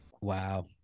Wow